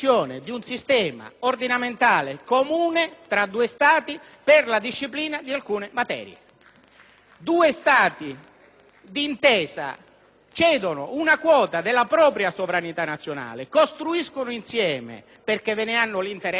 due Stati d'intesa cedono una quota della propria sovranità nazionale, costruiscono insieme, perché hanno un interesse economico, geopolitico, culturale o di altro genere, un sistema giuridico